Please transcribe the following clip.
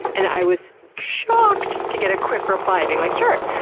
and i was shocked to get a quick reply being like, sure!